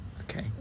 okay